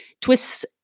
Twists